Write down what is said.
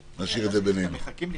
אני אעלה להצבעה את התקנות,